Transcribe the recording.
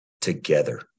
together